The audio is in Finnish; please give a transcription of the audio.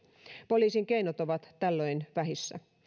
poliisin keinot ovat tällöin vähissä